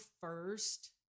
first